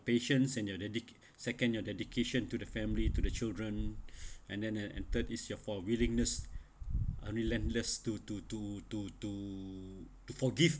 patience and your dedi~ second your dedication to the family to the children and then ha~ and third is your for willingness and relentless to to to to to to forgive